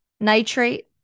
nitrate